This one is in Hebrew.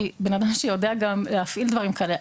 אני בן אדם שיודע גם להפעיל דברים כאלו,